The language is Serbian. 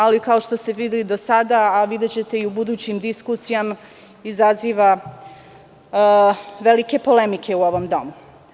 Ali kao što se vidi do sada, a videćete i u budućim diskusijama izaziva velike polemike u ovom domu.